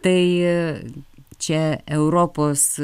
tai čia europos